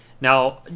Now